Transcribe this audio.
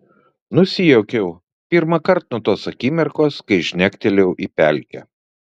nusijuokiau pirmąkart nuo tos akimirkos kai žnektelėjau į pelkę